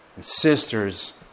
sisters